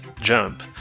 jump